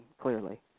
clearly